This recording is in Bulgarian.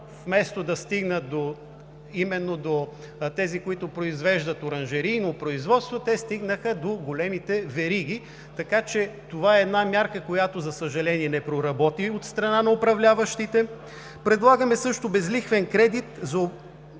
вместо да стигнат именно до тези, които произвеждат оранжерийно производство, те стигнаха до големите вериги. Така че това е една мярка, която, за съжаление, не проработи от страна на управляващите. Предлагаме също безлихвен кредит за оборотни